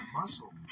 muscle